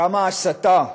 כמה הסתה.